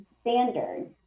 standards